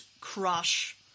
crush